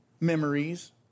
memories